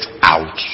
out